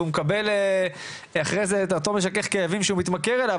והוא מקבל אחרי זה את אותו משכך כאבים שהוא מתמכר אליו,